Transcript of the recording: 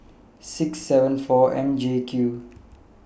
six N four M J Q